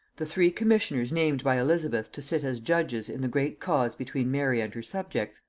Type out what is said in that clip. the three commissioners named by elizabeth to sit as judges in the great cause between mary and her subjects,